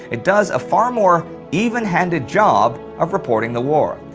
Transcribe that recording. it does a far more even-handed job of reporting the war.